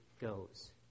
goes